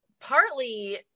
partly